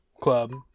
club